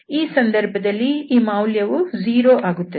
ಈ ಸಂದರ್ಭದಲ್ಲಿ ಈ ಮೌಲ್ಯವು 0 ಆಗುತ್ತದೆ